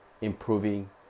improving